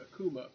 Akuma